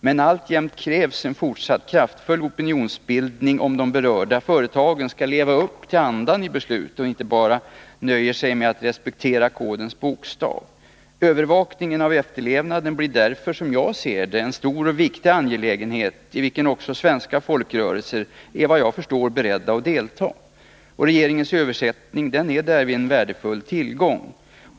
Men alltjämt krävs en fortsatt kraftfull opinionsbildning, om de berörda företagen skall leva upp till andan i beslutet och inte bara nöja sig med att respektera kodens bokstav. Övervakningen av efterlevnaden blir därför, som jag ser det, en stor och viktig angelägenhet, i vilken också svenska folkrörelser såvitt jag förstår är beredda att delta. Regeringens översättning är därvid en värdefull tillgång.